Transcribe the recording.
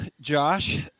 Josh